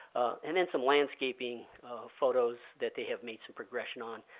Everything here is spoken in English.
and then some landscaping photos that they have made some progression on.